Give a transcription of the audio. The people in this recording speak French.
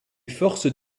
forces